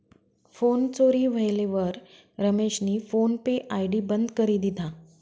phone चोरी व्हयेलवर रमेशनी फोन पे आय.डी बंद करी दिधा